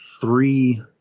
three